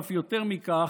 ואף יותר מכך,